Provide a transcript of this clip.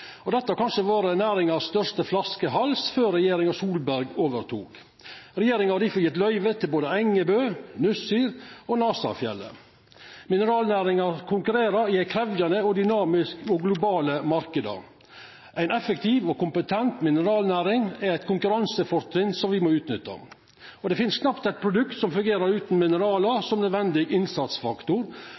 Dette har kanskje vore næringas største flaskehals før regjeringa Solberg overtok. Regjeringa har difor gjeve løyve til både Engebø, Nussir og Nasafjellet. Mineralnæringa konkurrerer i krevjande og dynamiske globale marknader. Ei effektiv og kompetent mineralnæring er eit konkurransefortrinn som me må utnytta. Det finst knapt eit produkt som fungerer utan mineral som nødvendig innsatsfaktor.